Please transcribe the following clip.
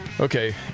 Okay